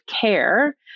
care